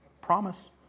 Promise